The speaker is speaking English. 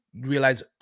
realize